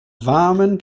warmen